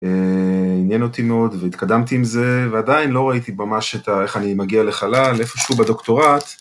עניין אותי מאוד והתקדמתי עם זה, ועדיין לא ראיתי ממש איך אני מגיע לחלל, איפשהו בדוקטורט.